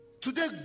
Today